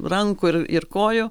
rankų ir ir kojų